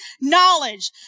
knowledge